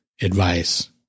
advice